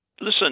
listen